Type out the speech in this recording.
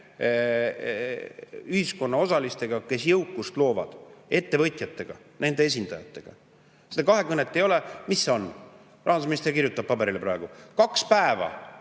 ühiskonnaosalistega, kes jõukust loovad: ettevõtjatega, nende esindajatega. Seda kahekõnet ei ole. Mis see on – rahandusminister kirjutab paberile praegu. Kaks päeva